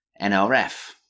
NRF